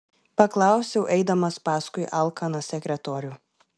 paklausiau eidamas paskui alkaną sekretorių